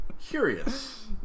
Curious